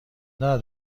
دارد